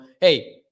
Hey